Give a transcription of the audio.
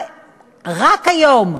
רק היום,